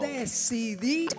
decidí